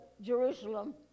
Jerusalem